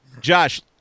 Josh